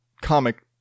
comic